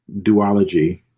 duology